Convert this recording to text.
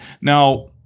Now